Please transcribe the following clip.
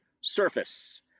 surface